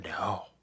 no